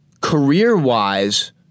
career-wise